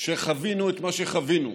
שחווינו את מה שחווינו,